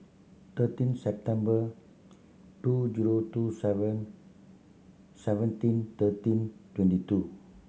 thirteen September two zero two seven seventeen thirteen twenty two